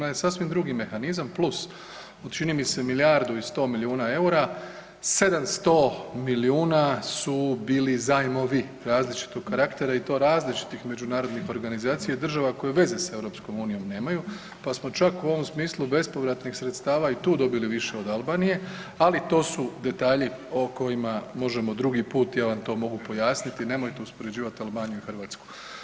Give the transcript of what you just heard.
Ono je sasvim drugi mehanizam plus čini mi se milijardu i 100 milijuna eura, 700 milijuna su bili zajmovi različitog karaktera i to različitih međunarodnih organizacija i država koje veze s EU nemaju pa smo čak u ovom smislu bespovratnih sredstava i tu dobili više od Albanije ali to su detalji o kojima možemo drugi put, ja vam to mogu pojasniti, nemojte uspoređivati Albaniju i Hrvatsku.